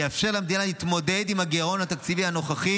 יאפשר למדינה להתמודד עם הגירעון התקציבי הנוכחי